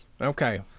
Okay